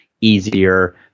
easier